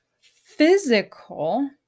physical